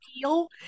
feel